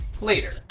later